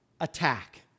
attack